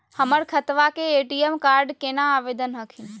हमर खतवा के ए.टी.एम कार्ड केना आवेदन हखिन?